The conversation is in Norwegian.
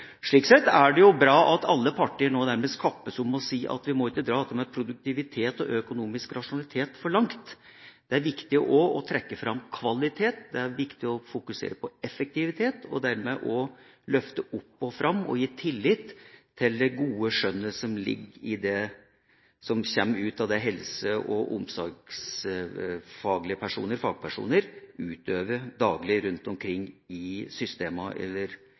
Slik sett er det bra at alle parter nå nærmest kappes om å si at vi må ikke dra dette med produktivitet og økonomisk rasjonalitet for langt. Det er viktig også å trekke fram kvalitet, det er viktig å fokusere på effektivitet og dermed løfte opp og fram – og gi tillit til – det gode skjønnet som ligger i det som fagpersoner i helse- og omsorgssektoren utøver daglig rundt omkring på sjukehus og i